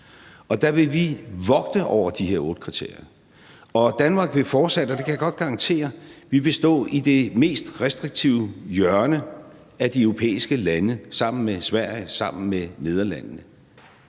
Der vil vi vogte over de her otte kriterier. Og Danmark vil fortsat, og det kan jeg godt garantere, stå i det mest restriktive hjørne af de europæiske lande sammen med Sverige og sammen med Nederlandene.